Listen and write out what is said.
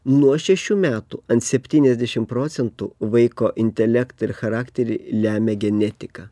nuo šešių metų ant septyniasdešim procentų vaiko intelektą ir charakterį lemia genetika